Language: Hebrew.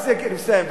אני מסיים.